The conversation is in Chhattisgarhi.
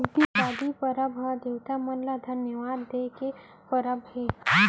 उगादी परब ह देवता मन ल धन्यवाद दे के परब हे